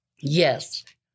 yes